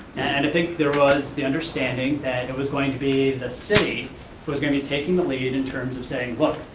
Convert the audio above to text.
and i think there was the understanding that it was going to be the city who was going to be taking the lead in terms of saying, look.